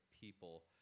people